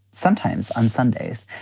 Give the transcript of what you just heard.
sometimes on sundays.